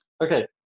Okay